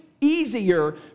easier